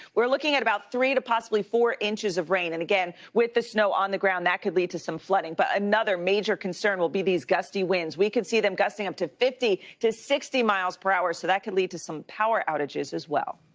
we're looking at about three to four inches of rain and again, with the snow on the ground, that could lead to some flooding but another major concern will be these gusty winds. we could see them gusting up to fifty to sixty miles per hour. so that could lead to some power outages as well.